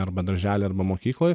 arba daržely arba mokykloj